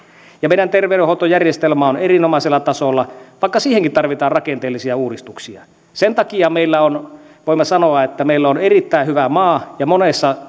meidän terveydenhuoltojärjestelmämme on erinomaisella tasolla vaikka siihenkin tarvitaan rakenteellisia uudistuksia sen takia voimme sanoa että meillä on erittäin hyvä maa ja monessa